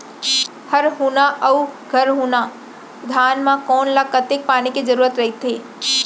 हरहुना अऊ गरहुना धान म कोन ला कतेक पानी के जरूरत रहिथे?